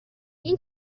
این